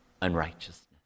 unrighteousness